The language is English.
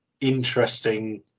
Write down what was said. interesting